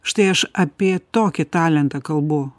štai aš apie tokį talentą kalbu